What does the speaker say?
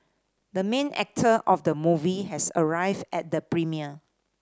the main actor of the movie has arrived at the premiere